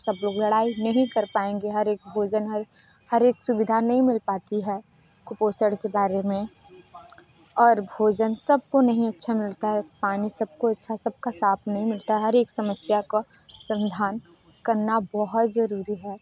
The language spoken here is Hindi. सब लोग लड़ाई नहीं कर पाएंगे हर एक भोजन हर हर एक सुविधा नहीं मिल पाती है कुपोषण के बारे में और भोजन सबको नहीं अच्छा मिलता है पानी सबको अच्छा सबका साफ नहीं मिलता हर एक समस्या का समाधान करना बहुत ज़रूरी है